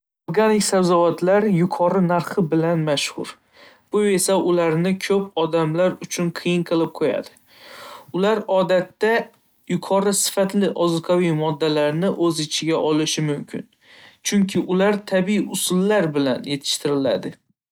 Organik sabzavotlar yuqori narxi bilan mashhur, bu esa ularni ko'p odamlar uchun qiyin qilib qo'yadi. Ular odatda yuqori sifatli ozuqaviy moddalarni o'z ichiga olishi mumkin, chunki ular tabiiy usullar bilan yetishtiriladi.